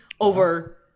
over